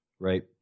Right